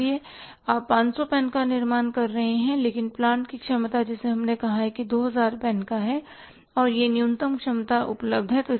इसलिए आप 500 पेन का निर्माण कर रहे हैं लेकिन प्लांट की क्षमता जिसे हमने कहा है कि दो हजार पेन तक है और यह न्यूनतम क्षमता उपलब्ध है